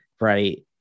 Right